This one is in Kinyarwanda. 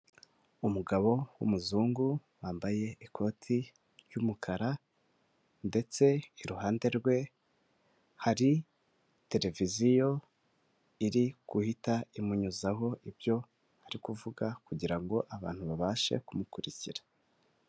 Umugabo w'umuzungu wambaye ikoti ry'umukara, ndetse iruhande rwe hari televiziyo iri guhita imunyuzaho ibyo ari kuvuga, kugira ngo abantu babashe kumukurikira.